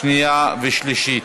שנייה ושלישית.